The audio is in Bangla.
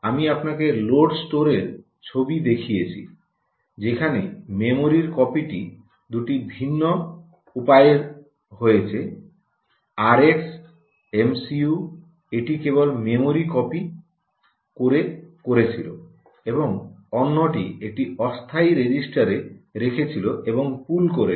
আমি আপনাকে লোড স্টোরের ছবি দেখিয়েছি যেখানে মেমরির কপিটি দুটি ভিন্ন উপায়ে হয়েছে আরএক্স এমসিইউ এটি কেবল মেমরি কপি করে করেছিল এবং অন্যটি একটি অস্থায়ী রেজিস্টার এ রেখেছিল এবং পুল করেছিল